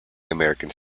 americans